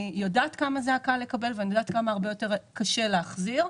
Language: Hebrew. אני יודעת כמה היה קל לקבל וכמה קשה להחזיר.